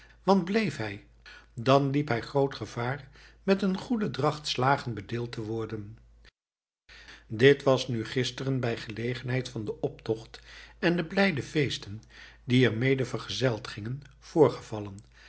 want bleef hij dan liep hij groot gevaar met eene goede dracht slagen bedeeld te worden dit nu was gisteren bij gelegenheid van den optocht en de blijde feesten die er mede vergezeld gingen voorgevallen